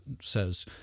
says